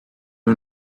you